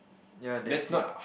ya they crate